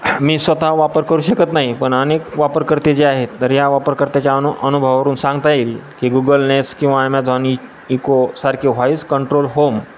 मी स्वतः वापर करू शकत नाही पण अनेक वापरकर्ते जे आहेत तर या वापरकर्त्याच्या अनु अनुभवावरून सांगता येईल की गुगल नेस किंवा ॲमेझॉन इ इकोसारखे व्हॉईस कंट्रोल होम